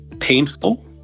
Painful